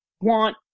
want